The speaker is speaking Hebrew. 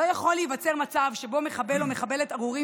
לא יכול להיווצר מצב שבו מחבל או מחבלת ארורים